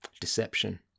Deception